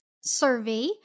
survey